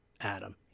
Adam